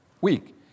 week